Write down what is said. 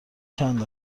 چند